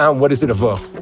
um what does it evoke?